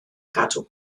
gadw